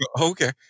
Okay